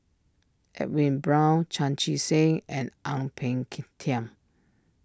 Edwin Brown Chan Chee Seng and Ang Peng Tiam